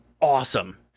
awesome